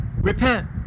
Repent